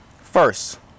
first